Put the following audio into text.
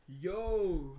Yo